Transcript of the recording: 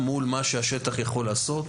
מול מה שהשטח יכול לעשות,